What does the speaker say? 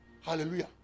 Hallelujah